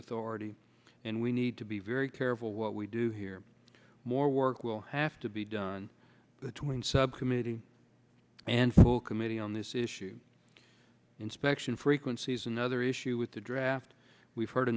authority and we need to be very careful what we do here more work will have to be done between subcommittee and full committee on this issue inspection frequencies another issue with the draft we've heard a